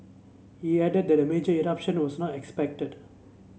he added that a major eruption was not expected